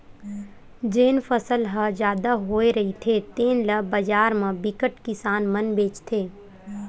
जेन फसल ह जादा होए रहिथे तेन ल बजार म बिकट किसान मन बेचथे